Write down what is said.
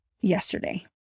yesterday